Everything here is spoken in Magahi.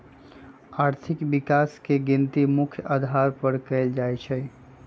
आर्थिक विकास के गिनती मुख्य अधार पर कएल जाइ छइ